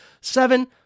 seven